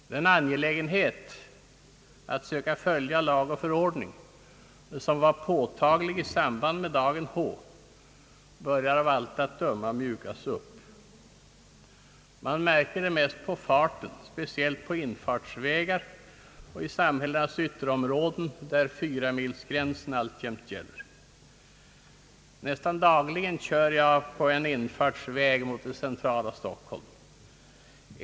Den angelägenhet att söka följa lag och förordning, som var påtaglig i samband med dagen H, börjar av allt att döma att mjukas upp. Man märker det mest på farten, speciellt på infartsvägar och i samhällenas ytterområden där 40 kilometers fartgräns alltjämt gäller. Nästan dagligen kör jag på en infartsväg mot det centrala Stockholm.